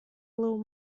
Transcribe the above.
little